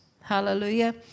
Hallelujah